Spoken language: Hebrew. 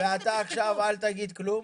ואתה עכשיו אל תגיד כלום.